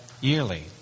yearly